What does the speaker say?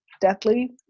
deathly